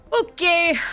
Okay